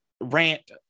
rant